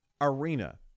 arena